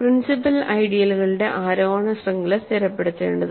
principal ഐഡിയലുകളുടെ ആരോഹണ ശൃംഖല സ്ഥിരപ്പെടുത്തേണ്ടതുണ്ട്